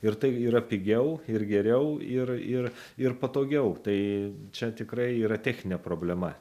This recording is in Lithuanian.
ir tai yra pigiau ir geriau ir ir ir patogiau tai čia tikrai yra techninė problema